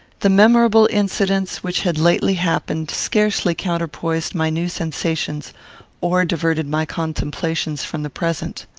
the memorable incidents which had lately happened scarcely counterpoised my new sensations or diverted my contemplations from the present.